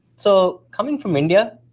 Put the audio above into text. so coming from india,